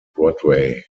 broadway